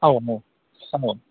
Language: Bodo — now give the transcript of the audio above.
औ औ औ